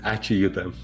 ačiū juta